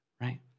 right